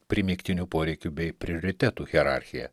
primygtinių poreikių bei prioritetų hierarchija